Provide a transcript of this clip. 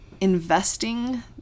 investing